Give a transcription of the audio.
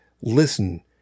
listen